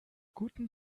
guten